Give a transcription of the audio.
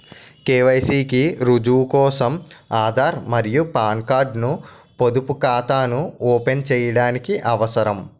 KYC కి రుజువు కోసం ఆధార్ మరియు పాన్ కార్డ్ ను పొదుపు ఖాతాను ఓపెన్ చేయడానికి అవసరం